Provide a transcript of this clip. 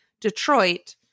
Detroit